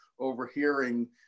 overhearing